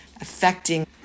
affecting